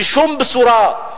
שום בשורה,